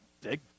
Dig